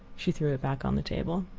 she threw it back on the table.